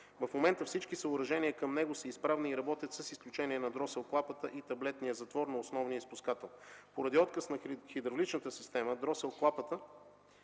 В момента всички съоръжения към него са изправни и работят, с изключение на дросел клапата и таблетния затвор на основния изпускател. Поради отказ на хидравличната система дросел клапата